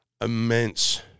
immense